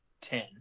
ten